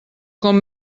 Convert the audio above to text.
com